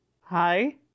hi